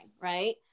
right